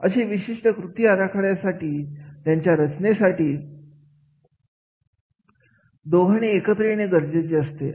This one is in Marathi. अशा विशिष्ट कृती आराखडा साठी त्याच्या रचनेसाठी दोघांनी एकत्र येणे गरजेचे असते